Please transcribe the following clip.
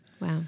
wow